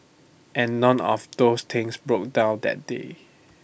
and none of those things broke down that day